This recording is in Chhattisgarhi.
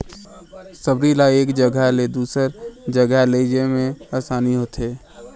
सबरी ल एक जगहा ले दूसर जगहा लेइजे मे असानी होथे